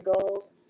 goals